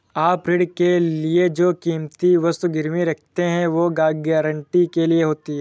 आप ऋण के लिए जो कीमती वस्तु गिरवी रखते हैं, वो गारंटी के लिए होती है